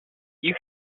you